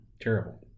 Terrible